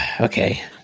okay